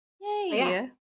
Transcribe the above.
Yay